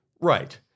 Right